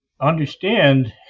understand